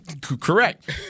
Correct